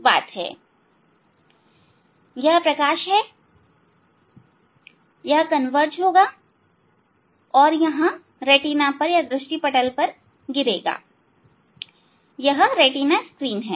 यह प्रकाश है यह कन्वर्ज होगा और दृष्टि पटल रेटिना पर गिरेगा यहां रेटिना स्क्रीन है